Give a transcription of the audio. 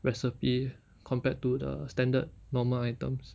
recipe compared to the standard normal items